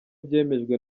byemejwe